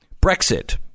Brexit